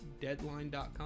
Deadline.com